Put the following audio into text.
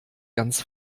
ganz